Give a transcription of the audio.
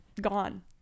gone